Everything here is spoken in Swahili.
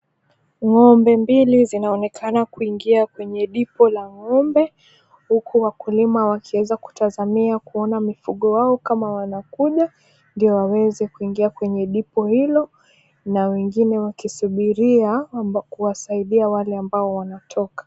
Ngombe mbili zinaonekana kuingia kwenye dipo la ng'ombe, huku wakulima wakiweza kutazamia kuona mifugo wao kama wanakuja ndio waweze kuingia kwenye dipo hilo na wengine wakisubiria kuwasaindia wale ambao wanatoka.